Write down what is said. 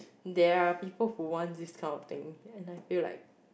there are people who want this kind of thing and I feel like